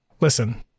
Listen